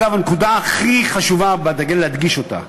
זו, אגב, הנקודה הכי חשובה להדגיש אותה.